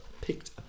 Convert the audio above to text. picked